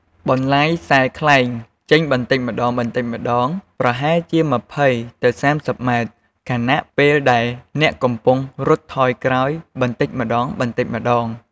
បណ្លាយខ្សែខ្លែងចេញបន្តិចម្តងៗ ប្រហែលជា ២០ ទៅ ៣០ ម៉ែត្រ ខណៈពេលដែលអ្នកកំពុងរត់ថយក្រោយបន្តិចម្តងៗ។